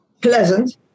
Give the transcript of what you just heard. pleasant